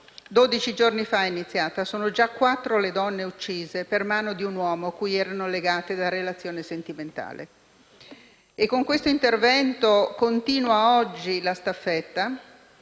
giorni fa, sono già quattro le donne uccise per mano di un uomo cui erano legate da relazione sentimentale. Con questo intervento continua oggi la staffetta